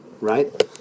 right